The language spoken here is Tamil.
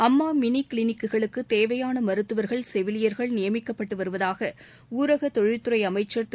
அம்மா மினி கிளினிக்குகளுக்கு தேவையான மருத்துவர்கள் செவிலியர்கள் நியமிக்கப்பட்டு வருவதாக ஊரக தொழில்துறை அமைச்சர் திரு